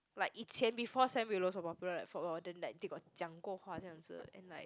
like 以前 before Sam Willows was popular for a while then they got like 讲过话这样子 and like